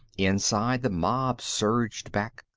inside, the mob surged back,